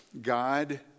God